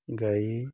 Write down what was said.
ଗାଈ